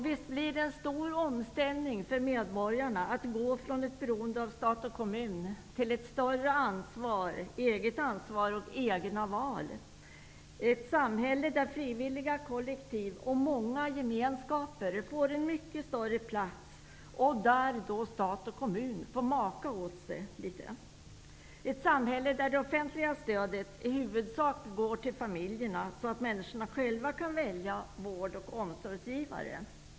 Visst blir det en stor omställning för medborgarna att gå från ett beroende av stat och kommun till ett större eget ansvar och egna val, ett samhälle där frivilliga kollektiv och många gemenskaper får en mycket större plats och där stat och kommun får maka på sig litet, ett samhälle där det offentliga stödet i huvudsak går till familjerna, så att människorna själva kan välja vård och omsorgsgivare.